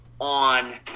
on